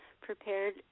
prepared